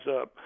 up